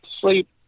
sleep